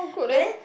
but then